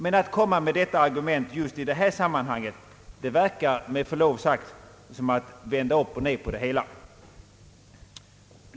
Men att framföra det argumentet just i detta sammanhang verkar med förlov sagt som om man ville vända upp och ned på det hela.